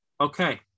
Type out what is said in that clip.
Okay